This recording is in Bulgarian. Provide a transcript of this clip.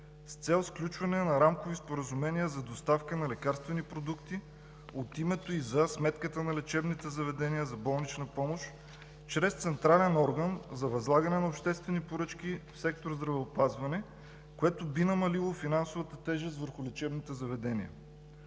с цел сключване на рамкови споразумения за доставка на лекарствени продукти от името и за сметка на лечебните заведения за болнична помощ чрез централен орган за възлагане на обществени поръчки в сектор „Здравеопазване“, което би намалило финансовата тежест върху лечебните заведения.